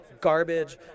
garbage